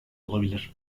olabilir